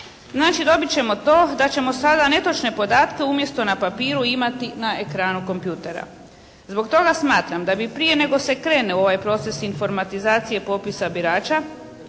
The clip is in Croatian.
Znači dobit ćemo to da ćemo sada netočno podatke umjesto na papiru imati na ekranu kompjutera. Zbog toga smatram da bi prije nego se krene u ovaj proces informatizacije popisa birača